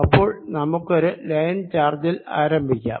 അപ്പോൾ നമുക്കൊരു ലൈൻ ചാർജിൽ ആരംഭിക്കാം